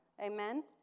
Amen